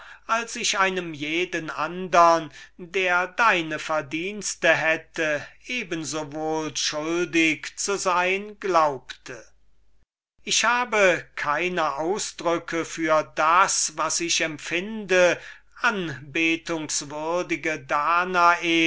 als ich einem jeden andern der deine verdienste hätte eben sowohl schuldig zu sein glaubte ich habe keine ausdrücke für das was ich empfinde anbetungswürdige danae